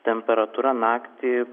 temperatūra naktį